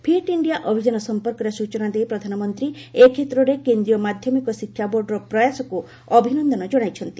fit India ଅଭିଯାନ ସଂପର୍କରେ ସୂଚନା ଦେଇ ପ୍ରଧାନମନ୍ତ୍ରୀ ଏ କ୍ଷେତ୍ରରେ କେନ୍ଦୀୟ ମାଧ୍ୟମିକ ଶିକ୍ଷା ବୋର୍ଡର ପ୍ୟାସକ୍ ଅଭିନନ୍ଦନ କଣାଇଛନ୍ତି